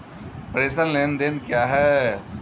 प्रेषण लेनदेन क्या है?